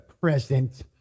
present